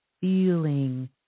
feeling